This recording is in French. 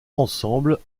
ensemble